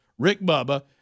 rickbubba